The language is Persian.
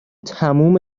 تموم